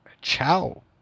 ciao